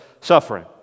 suffering